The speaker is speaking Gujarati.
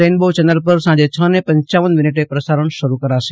રેઈનબો ચેનલ પર સાંજે હને પપ મિનિટે પ્રસારણ શરૂ કરાશે